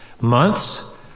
Months